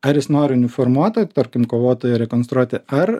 ar jis nori uniformuotą tarkim kovotoją rekonstruoti ar